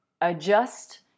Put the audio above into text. adjust